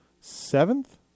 Seventh